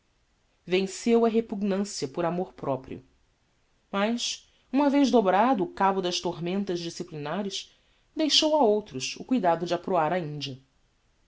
venceu a repugnancia por amor proprio mas uma vez dobrado o cabo das tormentas disciplinares deixou a outros o cuidado de aproar á india